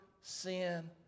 sin